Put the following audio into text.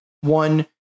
One